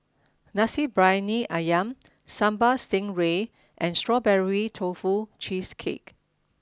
Nasi Briyani Ayam Sambal stingray and strawberry tofu cheesecake